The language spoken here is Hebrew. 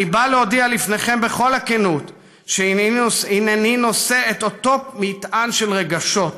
אני בא להודיע לפניכם בכל הכנות שהינני נושא את אותו מטען של רגשות,